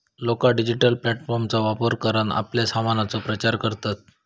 लोका डिजिटल प्लॅटफॉर्मचा वापर करान आपल्या सामानाचो प्रचार करतत